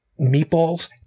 meatballs